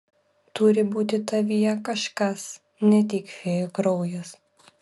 turi būti tavyje kažkas ne tik fėjų kraujas